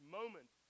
moment